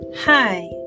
hi